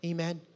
Amen